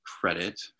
credit